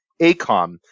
ACOM